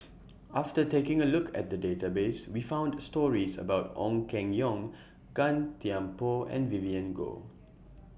after taking A Look At The Database We found stories about Ong Keng Yong Gan Thiam Poh and Vivien Goh